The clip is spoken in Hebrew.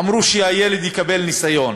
אמרו שהילד יקבל ניסיון